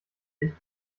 licht